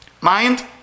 Mind